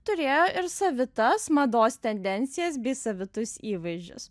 turėjo ir savitas mados tendencijas bei savitus įvaizdžius